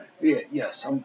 Yes